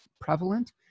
prevalent